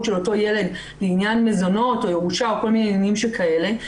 של אותו ילד לעניין מזונות או ירושה או כל מיני עניינים שכאלה.